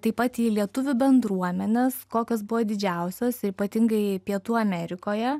taip pat į lietuvių bendruomenes kokios buvo didžiausios ir ypatingai pietų amerikoje